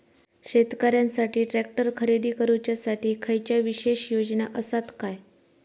शेतकऱ्यांकसाठी ट्रॅक्टर खरेदी करुच्या साठी खयच्या विशेष योजना असात काय?